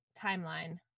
timeline